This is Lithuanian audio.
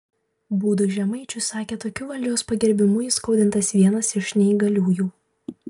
būdui žemaičių sakė tokiu valdžios pagerbimu įskaudintas vienas iš neįgaliųjų